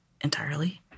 entirely